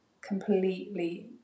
completely